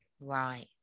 Right